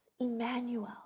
Emmanuel